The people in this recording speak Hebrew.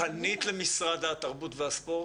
ופנית למשרד התרבות והספורט?